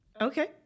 Okay